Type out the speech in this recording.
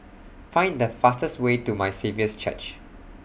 Find The fastest Way to My Saviour's Church